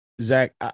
Zach